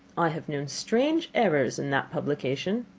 i have known strange errors in that publication.